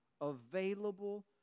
Available